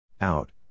Out